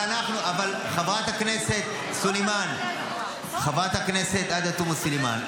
חברת הכנסת עאידה תומא סלימאן,